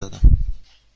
دارم